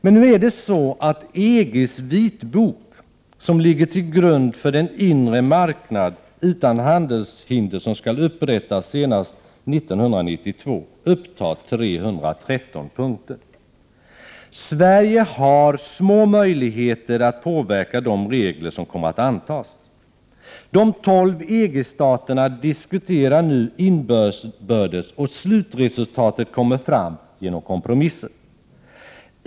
Men nu är det så att EG:s vitbok, som ligger till grund för den inre marknad utan handelshinder som skall upprättas senast 1992, upptar 313 punkter. Sverige har små möjligheter att påverka de regler som kommer att antas. De tolv EG-staterna diskuterar nu inbördes, och slutresultatet kommer fram genom kompromisser.